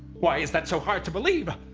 why is that so hard to believe?